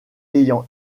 ayant